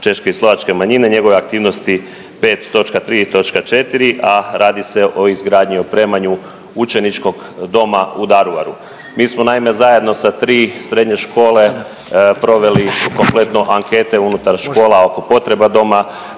češke i slovačke manjine i njegove aktivnosti 5.3.4, a radi se o izgradnji i opremanju učeničkog doma u Daruvaru. Mi smo naime zajedno sa tri srednje škole proveli kompletno ankete unutar škola oko potreba doma.